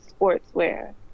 sportswear